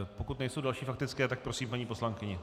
Pokud nejsou další faktické, tak prosím paní poslankyni.